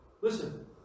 Listen